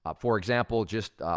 um for example, just,